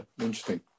interesting